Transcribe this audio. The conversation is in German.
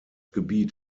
gebiet